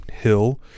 hill